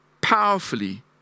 powerfully